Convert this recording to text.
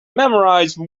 memorize